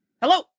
Hello